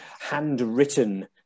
Handwritten